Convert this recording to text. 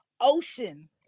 ocean